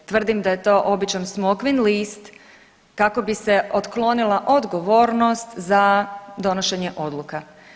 Tvrdim da je to običan smokvin list kako bi se otklonila odgovornost za donošenje odluka.